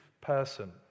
person